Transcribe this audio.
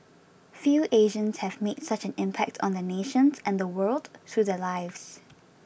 few Asians have made such an impact on their nations and the world through their lives